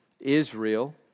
Israel